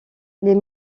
les